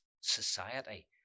society